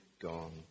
gone